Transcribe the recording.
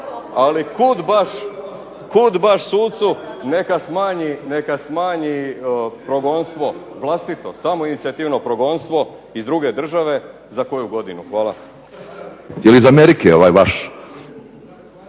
ali kud baš sucu, neka smanji progonstvo vlastito, samoinicijativno progonstvo iz druge države za koju godinu. Hvala. **Grubišić, Boro